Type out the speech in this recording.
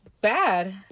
bad